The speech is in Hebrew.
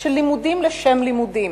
של לימודים לשם לימודים,